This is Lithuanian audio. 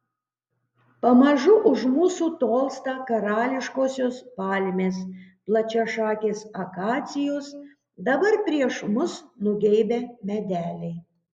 pamažu už mūsų tolsta karališkosios palmės plačiašakės akacijos dabar prieš mus nugeibę medeliai